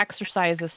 exercises